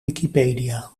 wikipedia